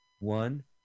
one